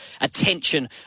attention